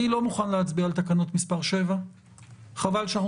אני לא מוכן להצביע על תקנות מס' 7. חבל שאנחנו